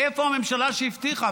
איפה הממשלה שהבטיחה?